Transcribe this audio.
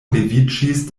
leviĝis